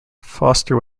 foster